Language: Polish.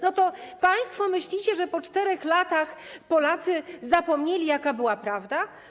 No to państwo myślicie, że po 4 latach Polacy zapomnieli, jaka była prawda?